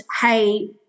hey